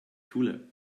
cooler